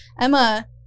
Emma